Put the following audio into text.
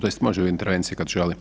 Tj., može u intervenciji, kad želi.